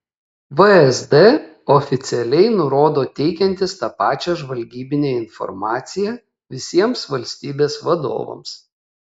vsd oficialiai nurodo teikiantis tą pačią žvalgybinę informaciją visiems valstybės vadovams